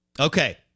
Okay